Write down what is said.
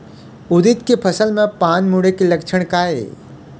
उरीद के फसल म पान मुड़े के लक्षण का ये?